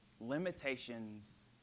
limitations